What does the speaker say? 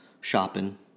shopping